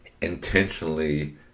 intentionally